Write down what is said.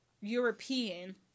European